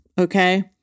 okay